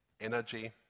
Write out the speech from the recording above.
energy